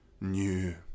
new